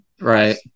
Right